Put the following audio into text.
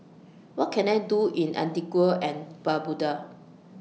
What Can I Do in Antigua and Barbuda